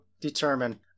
determine